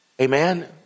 Amen